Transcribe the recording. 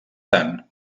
tant